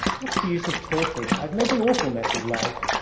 what's the use of talking? i've made an awful mess of life!